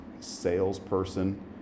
salesperson